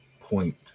point